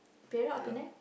Perak or Penang